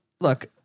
Look